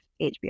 HBO